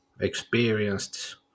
experienced